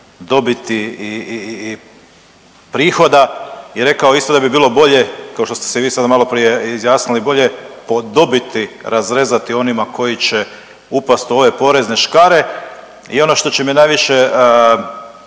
dobiti i prihoda i rekao isto da bi bilo bolje kao što ste se i vi sada malo prije izjasnili bolje po dobiti razrezati onima koji će upast u ove porezne škare. I ono što će me najviše